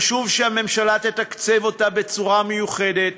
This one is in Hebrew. חשוב שהממשלה תתקצב אותה בצורה מיוחדת,